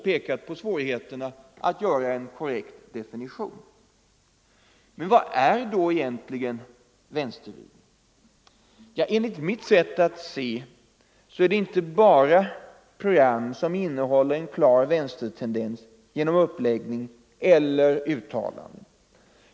Men vad är då egentligen vänstervridningen? Ja, enligt mitt sätt att se är det inte bara program som innehåller en klar vänstertendens genom uppläggning eller uttalanden.